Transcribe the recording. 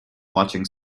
watching